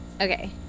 okay